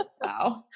Wow